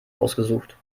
ausgesucht